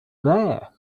there